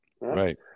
Right